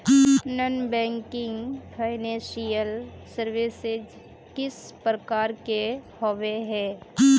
Non banking financial services किस प्रकार के होबे है?